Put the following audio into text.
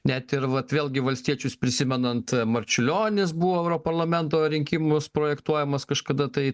net ir vat vėlgi valstiečius prisimenant marčiulionis buvo europarlamento rinkimus projektuojamas kažkada tai